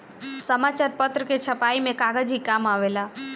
समाचार पत्र के छपाई में कागज ही काम आवेला